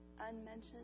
unmentioned